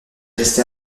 resté